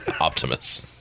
Optimus